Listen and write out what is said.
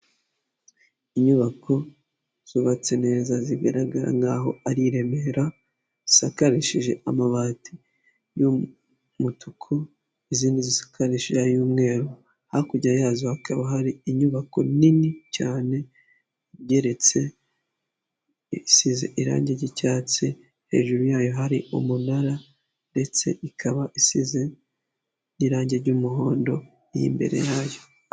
Inyubako zubatse neza zigaragara nkaho ari i Remera zisakarishije amabati y'umutuku izindi zisakarishije ay'umweru, hakurya yazo hakaba hari inyubako nini cyane igeretse isize irangi ry'icyatsi, hejuru yayo hari umunara ndetse ikaba isize n'irangi ni ry'umuhondo nkiy'imbere yayo.